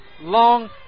Long